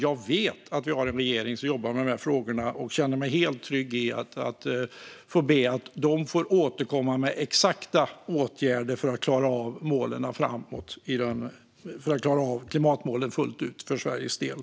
Jag vet att vi har en regering som jobbar med frågorna, och jag känner mig helt trygg med att få be att återkomma med exakta åtgärder för att klara av klimatmålen fullt ut för Sveriges del.